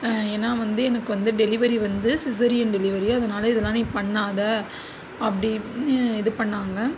ஏன்னா வந்து எனக்கு வந்து டெலிவரி வந்து சிசேரியன் டெலிவரி அதனால் இதெல்லாம் நீ பண்ணாத அப்படீன்னு இது பண்ணாங்க